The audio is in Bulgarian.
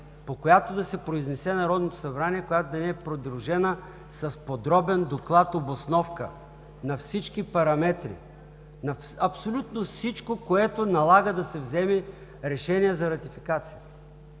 по която да се произнесе Народното събрание, която да не е придружена с подробен доклад – обосновка на всички параметри, на абсолютно всичко, което налага да се вземе решение за ратификация.